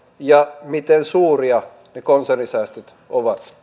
ja miten suuria ne konsernisäästöt ovat